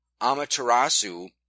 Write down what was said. Amaterasu